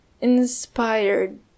inspired